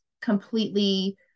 completely